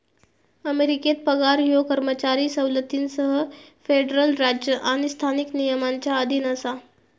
अमेरिकेत पगार ह्यो कर्मचारी सवलतींसह फेडरल राज्य आणि स्थानिक नियमांच्या अधीन असा